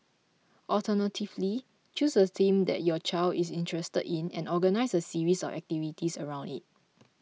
alternatively choose a theme that your child is interested in and organise a series of activities around it